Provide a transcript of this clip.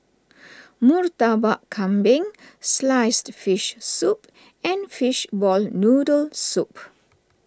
Murtabak Kambing Sliced Fish Soup and Fishball Noodle Soup